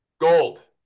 Gold